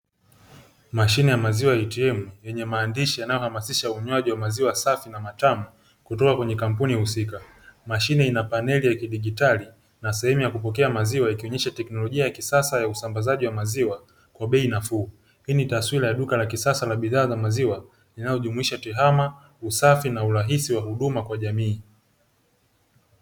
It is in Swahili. Mashine ya maziwa "ATM" yenye maandishi yanayohamasisha unywaji wa maziwa safi na matamu kutoka kwenye kampuni husika, mashine ina paneli ya kidijitali na sehemu ya kupokea maziwa ikionyesha teknolojia ya kisasa ya usambazaji wa maziwa kwa bei nafuu, hii ni taswira ya duka la kisasa la bidhaa za maziwa inayojumuisha tehama, usafi na urahisi wa huduma kwa jamii.